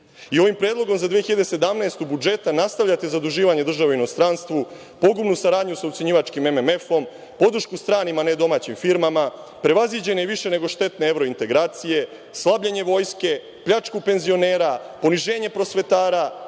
I, ovim predlogom za 2017. godinu budžeta nastavljate zaduživanje države inostranstvu, pogubnu saradnju sa ucenjivačkim MMF, podršku stranim, a ne domaćim firmama, prevaziđene više nego štetne evorintegracije, slabljenje vojske, pljačku penzionera, poniženje prosvetara,